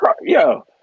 Yo